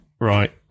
Right